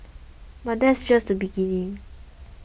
but that's just the beginning